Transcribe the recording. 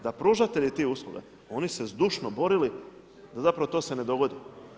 Da pružatelji tih usluga, oni su se zdušno borili da zapravo to se ne dogodi.